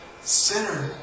sinner